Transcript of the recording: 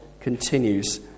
continues